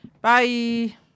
Bye